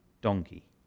donkey